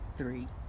three